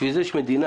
בשביל זה יש מדינה